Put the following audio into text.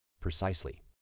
Precisely